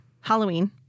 Halloween